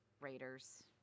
Raiders